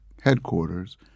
headquarters